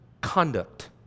Conduct